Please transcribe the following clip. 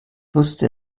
nutzte